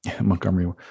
Montgomery